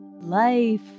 Life